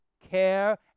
care